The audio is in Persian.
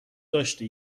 داشتی